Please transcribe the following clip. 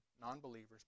non-believers